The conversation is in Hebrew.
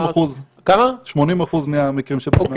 80% מהמקרים שפנינו.